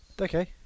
Okay